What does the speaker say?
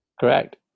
Correct